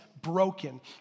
broken